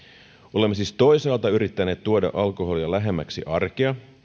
olemme siis toisaalta yrittäneet tuoda alkoholia lähemmäksi arkea